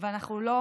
ואנחנו לא